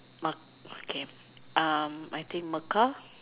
Ma~ okay um I think Mecca